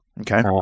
Okay